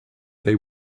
they